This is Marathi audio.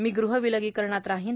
मी गृह विलगीकरणात राहीन